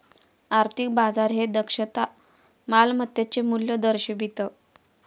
आर्थिक बाजार हे दक्षता मालमत्तेचे मूल्य दर्शवितं